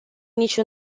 nici